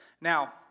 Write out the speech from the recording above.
Now